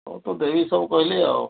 ମୁଁ ତ ଦେବି ସବୁ କହିଲି ଆଉ